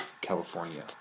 California